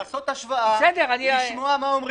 לעשות השוואה ולשמוע מה אומרים בציבור.